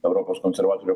europos konservatorių